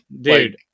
dude